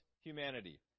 humanity